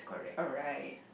oh right